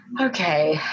Okay